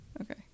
okay